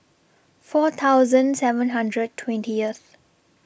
four thousand seven hundred twentieth